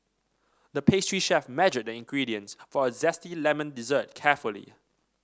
the pastry chef measured the ingredients for a zesty lemon dessert carefully